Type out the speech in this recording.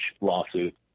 lawsuit